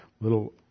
little